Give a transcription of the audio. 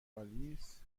آلیس